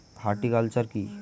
Horticulture কি?